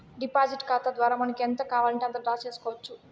deposit ఖాతా ద్వారా మనకి ఎంత కావాలంటే అంత డ్రా చేసుకోవచ్చు